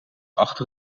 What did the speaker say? achter